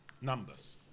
numbers